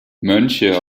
mönche